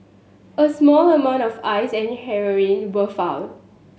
a small amount of Ice and heroin were found